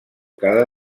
cada